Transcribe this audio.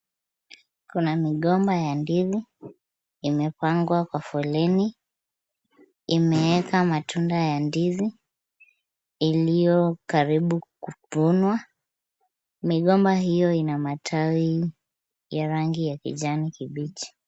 Kuna migomba ya ndizi imepangwa kwa foleni. Imeeka matunda ya ndizi iliyo karibu kuvunwa. Migomba hiyo ina matawi ya rangi ya kijani kibichi.